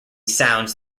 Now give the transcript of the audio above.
sounds